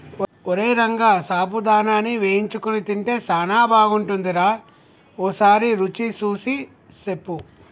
ఓరై రంగ సాబుదానాని వేయించుకొని తింటే సానా బాగుంటుందిరా ఓసారి రుచి సూసి సెప్పు